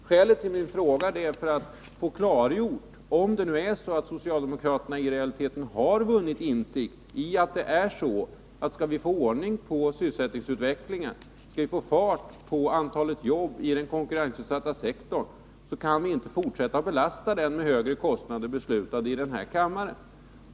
Skälet till min fråga är att jag ville få klargjort om det är så att socialdemokraterna i realiteten kommit till insikt om att skall vi få ordning på sysselsättningsutvecklingen och få en ökning av antalet jobb i den konkurrensutsatta sektorn, så kan de inte fortsätta att belasta den med högre kostnader, kostnader som beslutas i denna kammare.